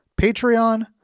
Patreon